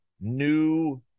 new